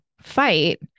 fight